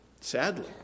Sadly